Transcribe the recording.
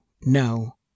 no